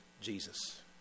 Jesus